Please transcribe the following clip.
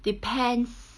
depends